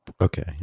Okay